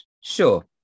sure